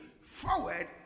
forward